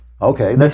Okay